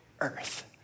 earth